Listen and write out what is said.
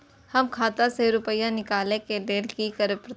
हम खाता से रुपया निकले के लेल की करबे?